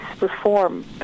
reform